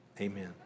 amen